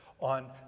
on